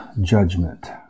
judgment